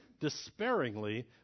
despairingly